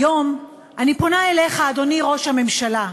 היום אני פונה אליך, אדוני ראש הממשלה.